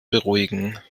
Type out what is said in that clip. beruhigen